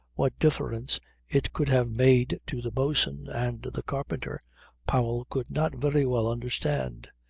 what difference it could have made to the bo'sun and the carpenter powell could not very well understand.